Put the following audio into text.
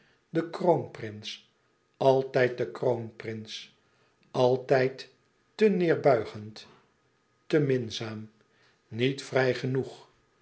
den kroonprins altijd den kroonprins altijd te neêrbuigend te minzaam niet vrij genoeg